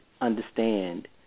understand